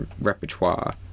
repertoire